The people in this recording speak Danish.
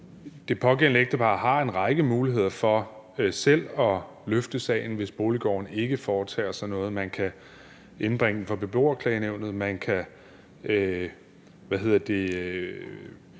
Det pågældende ægtepar har en række muligheder for selv at løfte sagen, hvis Boliggården ikke foretager sig noget. Man kan indbringe det for beboerklagenævnet; man kan, hvis man